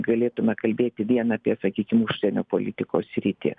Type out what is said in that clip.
galėtume kalbėti vien apie sakykim užsienio politikos sritį